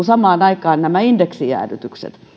samaan aikaan nämä indeksijäädytykset